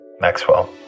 Maxwell